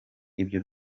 ibyo